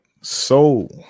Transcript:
Soul